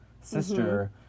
sister